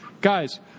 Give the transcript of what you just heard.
guys